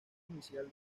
inicial